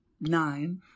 Nine